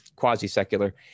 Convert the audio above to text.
quasi-secular